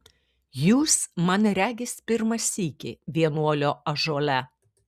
jūs man regis pirmą sykį vienuolio ąžuole